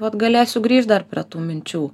vat galėsiu grįžt dar prie tų minčių